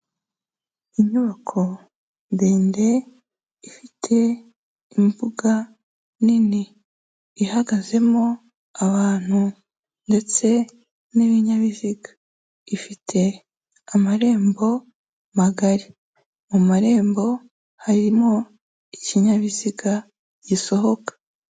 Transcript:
Inyubako ndende ifite imbuga nini ihagazemo abantu ndetse n'ibinyabiziga, ifite amarembo magari mu marembo harimo ikinyabiziga gisohoka.